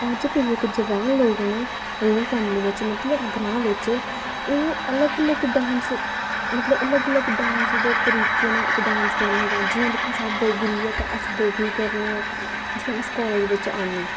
अज्ज दे जेह्के जवान लोग न रूरल कमली बिच मतलब ग्रांऽ विच्च ओह् अलग अलग डांस मतलब अलग अलग डांस दे तरीके न इक डांस करने दा जि'यां दिक्खो हां साढ़ा डोगरी ऐ ते अस डोगरी करने आं जि'यां अस कॉलेज बिच आह्न्ने